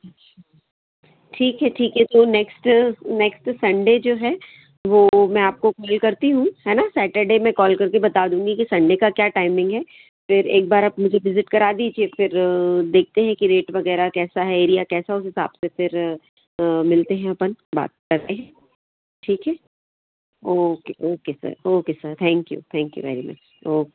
अच्छा ठीक है ठीक है तो नेक्स्ट नेक्स्ट सनडे जो है वो मैं आपको कॉल करती हूँ है ना सेटरडे में कॉल कर के बता दूँगी कि सनडे का क्या टाइमिंग है फिर एक बार आप मुझे विज़िट करा दीजिए फिर देखते हैं कि रेट वग़ैरह कैसा है एरिया कैसा है उस हिसाब से फिर मिलते हैं अपन बात करते हैं ठीक है okay okay sir okay sir thank you thank you very much okay